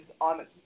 on